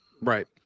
Right